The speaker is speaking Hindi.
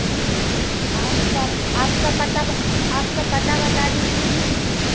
जी दीदी आपका आपका पता तो आपका पता बता दीजिये दीदी